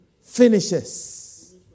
Finishes